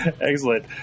Excellent